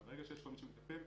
אבל ברגע שיש כבר מי שמטפל,